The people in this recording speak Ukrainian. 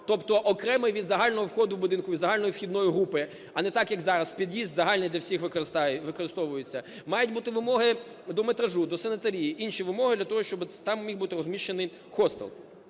тобто окремо від загального входу до будинку, від загальної вхідної групи, а не так, як зараз: під'їзд загальний для всіх використовується. Мають бути вимоги до метражу, до санітарії, інші вимоги для того, щоби там міг бути розміщений хостел.